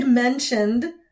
mentioned